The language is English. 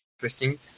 interesting